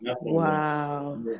Wow